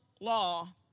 law